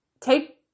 take